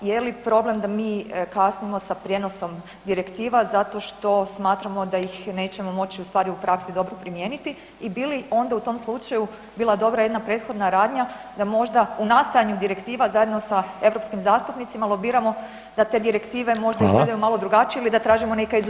Je li problem da mi kasnimo za prijenosom direktiva zato što smatramo da ih nećemo moći ustvari u praksi dobro primijeniti i bi li onda u tom slučaju bila dobra jedna prethodna radnja da možda u nastajanju direktiva zajedno sa europskim zastupnicima lobiramo da te direktive možda [[Upadica Reiner: Hvala.]] izvedemo malo drugačije ili da tražimo neka izuzeća?